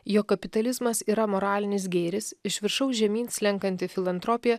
jog kapitalizmas yra moralinis gėris iš viršaus žemyn slenkanti filantropija